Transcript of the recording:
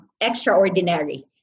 extraordinary